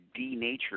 denature